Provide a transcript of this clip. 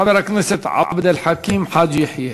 חבר הכנסת עבד אל חכים חאג' יחיא.